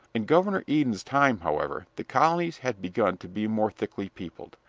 in governor eden's time, however, the colonies had begun to be more thickly peopled,